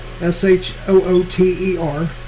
S-H-O-O-T-E-R